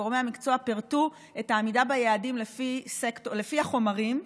גורמי המקצוע פירטו את העמידה ביעדים לפי החומרים.